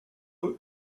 eux